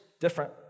different